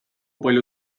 palju